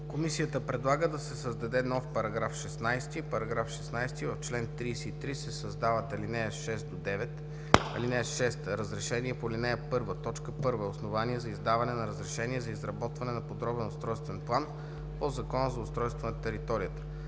Комисията предлага да се създаде нов § 16: „§ 16. В чл. 33 се създават ал. 6 – 9: „(6) Разрешение по ал. 1, т. 1 е основание за издаване на разрешение за изработване на подробен устройствен план по Закона за устройство на територията.